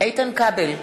איתן כבל,